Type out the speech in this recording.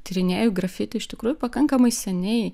tyrinėju grafiti iš tikrųjų pakankamai seniai